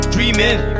Dreaming